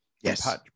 Yes